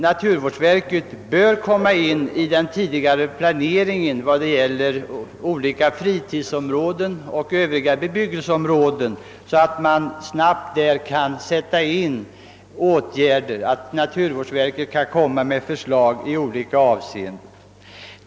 Naturvårdsverket bör inkopplas tidigare vid planeringen av olika fritidsområden och övriga bebyggelseområden, så att man snabbt kan sätta in åtgärder i olika avseenden.